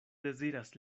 deziras